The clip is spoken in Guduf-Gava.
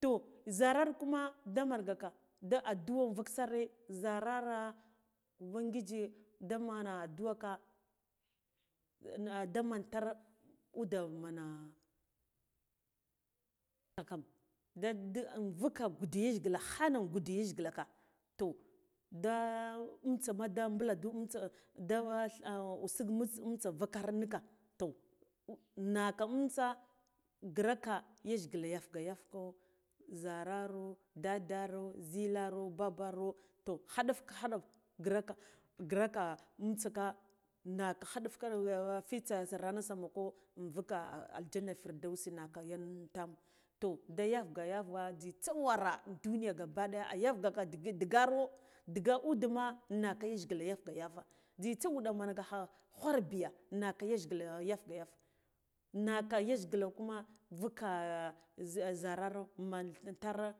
Toh zharar kuna damanga ka danen addua vuk sire zharara ubangiji da nan addu'a waka daman tare ude mana kakam da dig vuka gude yajgila khana gude yajgila ka to da tsa ma da mbulandu intsa da tha usuk nus intsa vukar nika toh naka intsa giraka yajgila yar ga yafko zhararo dadaro zhilar baburo to khaɗaf ka khaɗa giraka giraka intsa ka naka khiɗa ka fitsa ranan sammako invuka aljanna firdausi naka yan tamo toh da yafarge yafya jzita wara nduniya gaba daya ayafgaka di digaro diga udema naka yajgilan yafga yafga jzitsa wuɗa man ga kha ghwar biya naka yajgila yafga naka yajgila kuma vuka zharara men tara